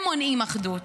הם מונעים אחדות.